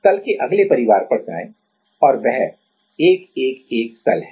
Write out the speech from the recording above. अब तल के अगले परिवार पर जाएँ और वह 1 1 1 तल है